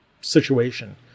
situation